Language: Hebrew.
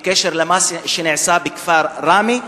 בקשר למה שנעשה בכפר ראמה,